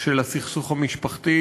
של הסכסוך המשפחתי,